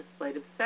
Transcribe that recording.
legislative